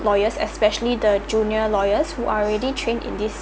lawyers especially the junior lawyers who are already trained in this